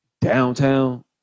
downtown